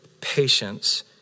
patience